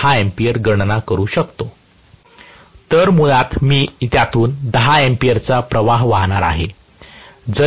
तर मुळात मी त्यातून 10 A चा प्रवाह वाहणार आहे